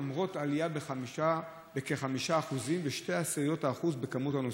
למרות עלייה בכ-5.2% במספר הנוסעים.